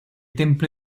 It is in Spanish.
templo